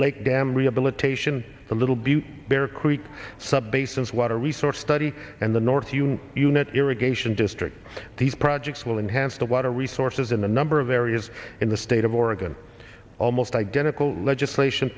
lake dam rehabilitation the little butte bear creek sub basins water resource study and the north unit irrigation district these projects will enhance the water resources in the number of areas in the state of oregon almost identical legislation